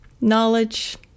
knowledge